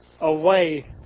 away